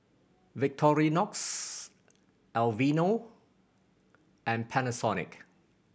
Victorinox Aveeno and Panasonic